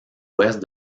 ouest